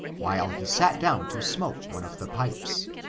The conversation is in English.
while he sat down to smoke one of the pipes.